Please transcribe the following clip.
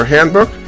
Handbook